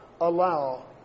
allow